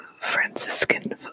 Franciscan